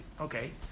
Okay